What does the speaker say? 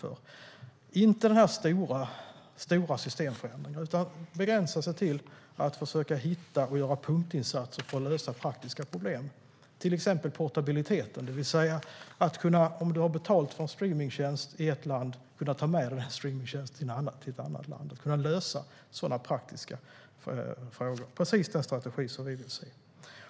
Det är inte fråga om en stor systemförändring, utan man begränsar sig till att försöka hitta problemen och göra punktinsatser för att lösa dem praktiskt. Det gäller till exempel portabiliteten, det vill säga att om du har betalt för en streamingtjänst i ett land ska du kunna ta med den till ett annat land. Det handlar om att kunna lösa sådana praktiska frågor. Det är precis den strategi vi vill se.